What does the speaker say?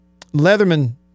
Leatherman